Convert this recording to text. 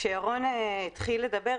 כשירון התחיל לדבר,